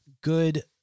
good